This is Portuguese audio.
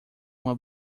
uma